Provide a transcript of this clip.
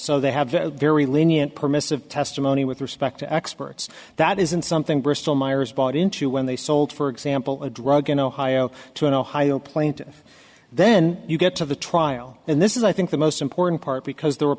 so they have a very lenient permissive testimony with respect to experts that isn't something bristol myers bought into when they sold for example a drug in ohio to an ohio plaintiff then you get to the trial and this is i think the most important part because the re